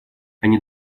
они